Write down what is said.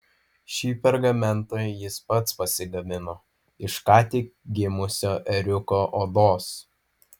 šį pergamentą jis pats pasigamino iš ką tik gimusio ėriuko odos